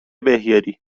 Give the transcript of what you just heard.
بهیاری